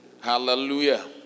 Hallelujah